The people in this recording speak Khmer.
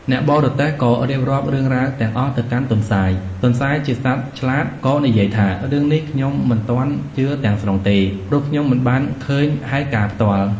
អ្នកបរទេះក៏រៀបរាប់រឿងរ៉ាវទាំងអស់ទៅកាន់ទន្សាយ ទន្សាយជាសត្វឆ្លាត ក៏និយាយថា "រឿងនេះខ្ញុំមិនទាន់ជឿទាំងស្រុងទេ ព្រោះខ្ញុំមិនបានឃើញហេតុការណ៍ផ្ទាល់។